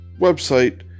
website